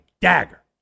dagger